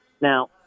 Now